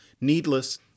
needless